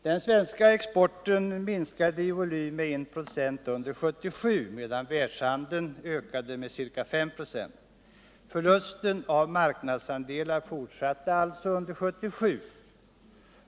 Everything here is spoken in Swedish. Den svenska exporten minskade i volym med ca I 26 under 1977 medan världshandeln ökade med ca 5 26. Förlusten av marknadsandelar fortsatte alltså under 1977.